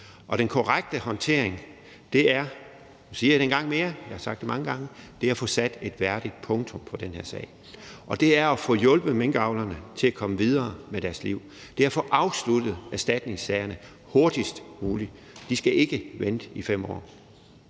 det mange gange – at få sat et værdigt punktum for den her sag, det er at få hjulpet minkavlerne til at komme videre med deres liv, og det er at få afsluttet erstatningssagerne hurtigst muligt. De skal ikke vente i 5 år.